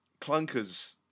clunkers